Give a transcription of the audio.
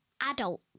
adult